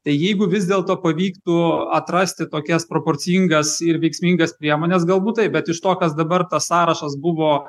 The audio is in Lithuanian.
tai jeigu vis dėlto pavyktų atrasti tokias proporcingas ir veiksmingas priemones galbūt taip bet iš to kas dabar tas sąrašas buvo